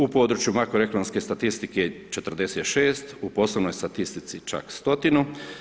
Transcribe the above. U području makroekonomske statistike 46, u poslovnoj statistici čak stotinu.